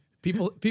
People